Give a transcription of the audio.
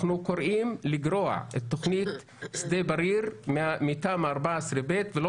אנחנו קוראים לגרוע את תוכנית שדה בריר מתמ"א/14/ב ולא